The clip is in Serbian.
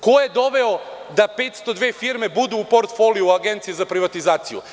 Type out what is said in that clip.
Ko je doveo da 502 firme budu u portfoliju Agencije za privatizaciju?